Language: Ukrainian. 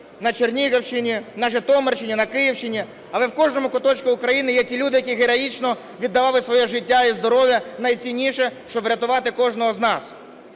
на Чернігівщині, на Житомирщині, на Київщині, - але в кожному куточку України є ті люди, які героїчно віддали своє життя і здоров'я - найцінніше, щоб врятувати кожного з нас.